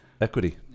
Equity